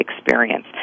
experience